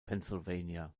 pennsylvania